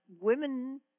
women